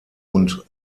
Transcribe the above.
und